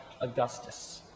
Augustus